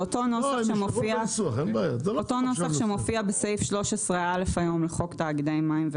אותו נוסח שמופיע בסעיף 13(א) היום לחוק תאגידי מים.